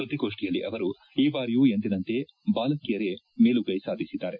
ಸುದ್ದಿಗೋಷ್ಠಿಯಲ್ಲಿ ಅವರು ಈ ಬಾರಿಯೂ ಎಂದಿನಂತೆ ಬಾಲಕಿಯರೇ ಮೇಲುಗ್ಗೆ ಸಾಧಿಸಿದ್ದಾರೆ